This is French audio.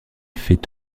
fait